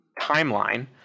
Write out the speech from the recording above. timeline